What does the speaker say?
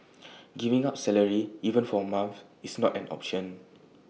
giving up salary even for A month is not an option